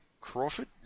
Crawford